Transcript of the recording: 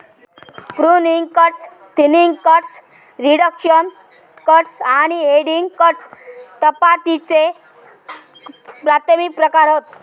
pruning cuts, thinning cuts, reduction cuts आणि heading cuts कपातीचे प्राथमिक प्रकार हत